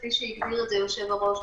כפי שהגדיר זאת היושב-ראש,